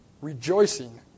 rejoicing